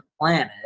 planet